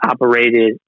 operated